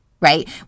right